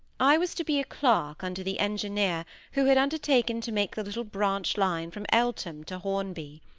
i was to be a clerk under the engineer who had undertaken to make the little branch line from eltham to hornby.